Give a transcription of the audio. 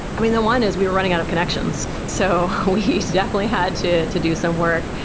i mean, the one is we were running out of connections. so we definitely had to to do some work.